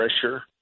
pressure